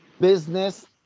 business